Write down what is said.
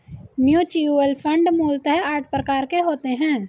mutual fund मूलतः आठ प्रकार के होते हैं